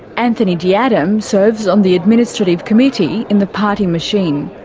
anthony d'adam serves on the administrative committee in the party machine.